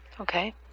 Okay